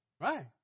Right